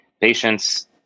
patients